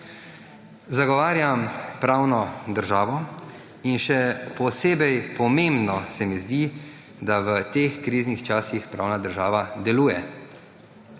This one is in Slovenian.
Zagovarjam pravno državo in še posebej pomembno se mi zdi, da v teh kriznih časih pravna država deluje.